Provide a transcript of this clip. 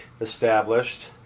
established